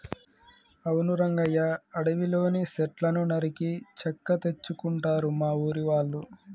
అవును రంగయ్య అడవిలోని సెట్లను నరికి చెక్క తెచ్చుకుంటారు మా ఊరి వాళ్ళు